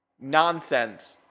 nonsense